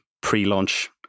pre-launch